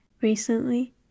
recently